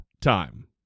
time